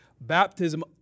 Baptism